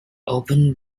open